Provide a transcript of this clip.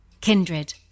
Kindred